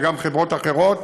וגם חברות אחרות,